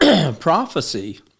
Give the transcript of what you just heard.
Prophecy